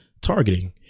targeting